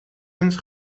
eens